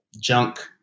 junk